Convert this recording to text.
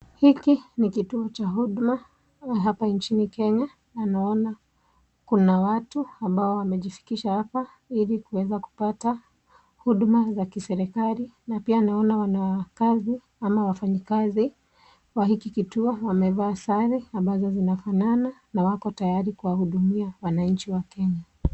Hiki ni kituo cha huduma hapa nchini kenya na naona kuna watu ambao wamejifikisha hapa ili kuweza kupata huduma za kiserikali na pia naona wanakazi ama wafanyikazi wa hiki kituo wamevaa sare ambazo zinafanana na wako tayari kuwahudumia wananchi wa kenya .